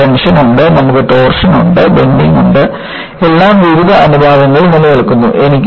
നമുക്ക് ടെൻഷൻ ഉണ്ട് നമുക്ക് ടോർഷൻ ഉണ്ട് ബെൻഡിങ് ഉണ്ട് എല്ലാം വിവിധ അനുപാതങ്ങളിൽ നിലനിൽക്കുന്നു